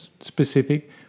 specific